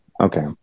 Okay